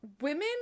women